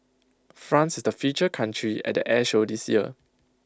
France is the feature country at the air show this year